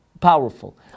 powerful